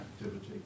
activity